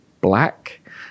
black